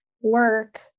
work